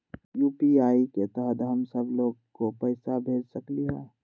UPI के तहद हम सब लोग को पैसा भेज सकली ह?